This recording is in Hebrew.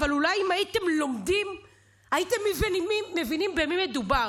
אבל אולי אם הייתם לומדים הייתם מבינים במי מדובר.